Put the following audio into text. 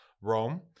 Rome